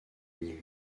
nîmes